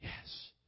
Yes